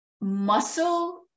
muscle